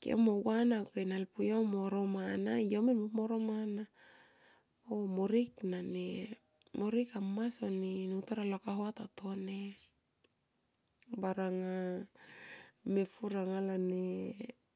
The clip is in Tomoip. Kem mo gua na helpuyo mo ro mana yo min mo pu mo ro mana. O morik nane morik amma son utor alo kahua tatone baranga mepur anga lone.